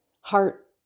heart